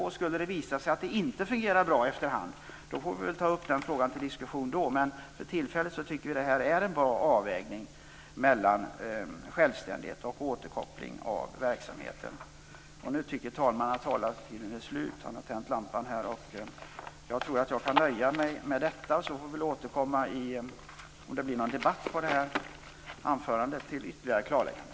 Om det efter hand skulle visa sig att det inte fungerar bra får vi väl ta upp den frågan till diskussion då. Men för tillfället tycker vi att detta är en bra avvägning mellan självständighet och återkoppling av verksamheten. Min talartid är slut, men jag får väl återkomma med ytterligare klarlägganden om det blir någon debatt med anledning av detta anförande.